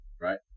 Right